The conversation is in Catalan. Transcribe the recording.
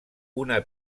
una